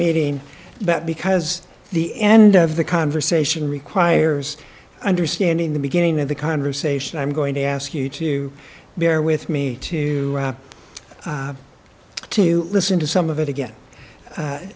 meeting but because the end of the conversation requires understanding the beginning of the conversation i'm going to ask you to bear with me to to listen to some of it again